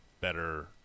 better